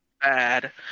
bad